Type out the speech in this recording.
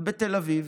בתל אביב,